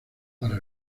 para